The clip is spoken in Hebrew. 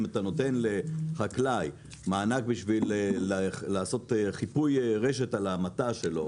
אם אתה נותן לחקלאי מענק בשביל לעשות חיפוי רשת על המטע שלו.